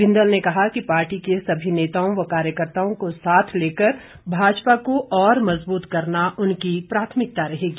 बिंदल ने कहा कि पार्टी के सभी नेताओं व कार्यकर्त्ताओं को साथ लेकर भाजपा को और मजबूत करना उनकी प्राथमिकता रहेगी